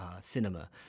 Cinema